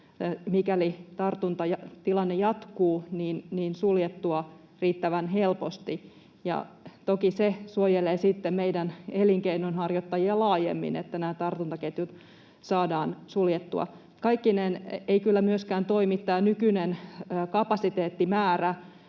mikäli tartuntatilanne jatkuu, suljettua riittävän helposti. Toki se suojelee sitten meidän elinkeinonharjoittajia laajemmin, että nämä tartuntaketjut saadaan suljettua. Kaikkineen ei kyllä myöskään toimi tämä nykyinen kapasiteettimäärä,